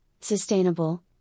sustainable